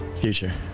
future